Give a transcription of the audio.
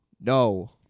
No